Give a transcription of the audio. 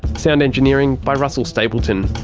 sound engineering by russell stapleton.